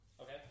Okay